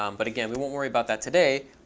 um but, again, we won't worry about that today.